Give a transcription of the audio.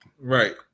Right